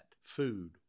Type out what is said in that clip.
Food